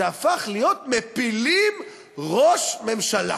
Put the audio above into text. זה הפך להיות: מפילים ראש ממשלה.